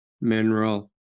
mineral